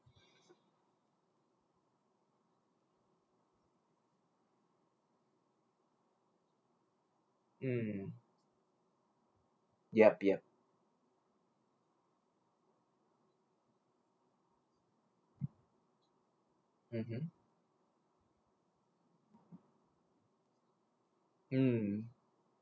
mm yup yup mmhmm mm